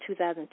2002